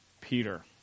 Peter